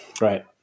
right